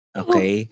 okay